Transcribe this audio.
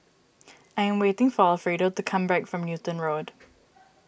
I am waiting for Alfredo to come back from Newton Road